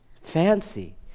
fancy